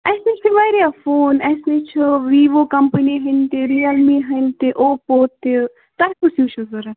اَسہِ نِش چھِ واریاہ فون اَسہِ نِش چھُ وِیٖوو کمپٔنی ہٕنٛدۍ تہِ رِیل می ہٕنٛدۍ تہِ اوٚپوٚ تہِ تۅہہِ کُس ہِیٛوٗ چھُو ضروٗرت